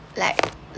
like